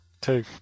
Two